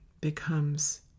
becomes